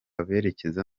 berekeje